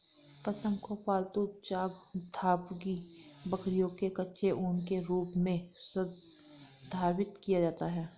पश्म को पालतू चांगथांगी बकरियों के कच्चे ऊन के रूप में संदर्भित किया जाता है